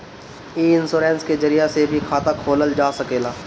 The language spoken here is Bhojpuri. इ इन्शोरेंश के जरिया से भी खाता खोलल जा सकेला